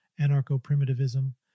Anarcho-primitivism